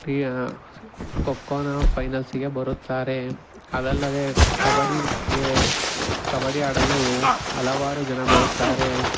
ಖೋ ಖೋನ ಫೈನಲ್ಸಿಗೆ ಬರುತ್ತಾರೆ ಅದಲ್ಲದೇ ಕಬಡ್ಡಿಗೆ ಕಬಡ್ಡಿ ಆಡಲು ಹಲವಾರು ಜನ ಬರುತ್ತಾರೆ